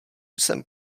jsem